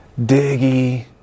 Diggy